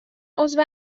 عضو